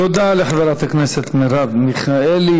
תודה לחברת הכנסת מרב מיכאלי.